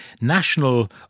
National